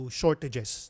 shortages